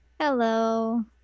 Hello